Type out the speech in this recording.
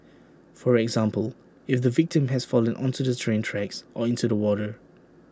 for example if the victim has fallen onto the train tracks or into the water